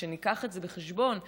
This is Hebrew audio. ושנביא את זה בחשבון ושנדע.